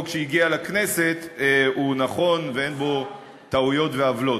שהגיע לכנסת הוא נכון ואין בו טעויות ועוולות.